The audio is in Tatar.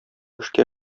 эшкә